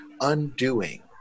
undoing